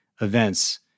events